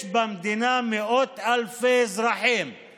והשאלה המתבקשת עכשיו: